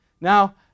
Now